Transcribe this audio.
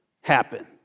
happen